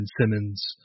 Simmons